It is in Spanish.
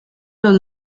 los